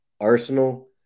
Arsenal